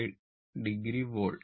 അതിനാൽ ഇത് 45 o volt